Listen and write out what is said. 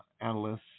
analysts